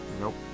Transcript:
nope